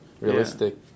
realistic